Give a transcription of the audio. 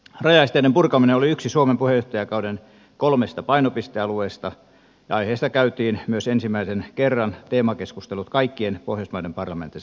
rajaesteiden purkaminen oli yksi suomen puheenjohtajakauden kolmesta painopistealueesta ja aiheesta käytiin myös ensimmäisen kerran teemakeskustelut kaikkien pohjoismaiden parlamenteissa